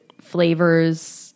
flavors